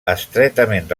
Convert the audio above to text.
estretament